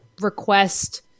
request